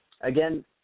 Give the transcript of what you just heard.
again